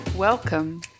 Welcome